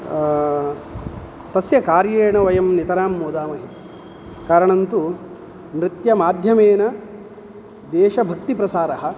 तस्य कार्येण वयं नितरां मोदामहे कारणं तु नृत्यमाध्यमेन देशभक्तिप्रसारः